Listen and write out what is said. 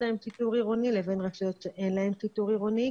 להם שיטור עירוני לבין רשויות שאין להן שיטור עירוני,